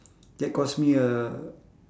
that caused me a